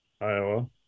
Iowa